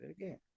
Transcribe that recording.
again